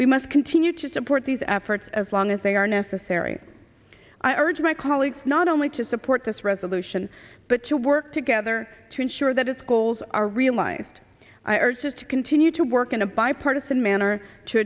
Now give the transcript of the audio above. we must continue to support these efforts as long as they are necessary i urge my colleagues not only to support this resolution but to work together to ensure that its goals are realized i urge us to continue to work in a bipartisan manner